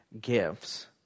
gifts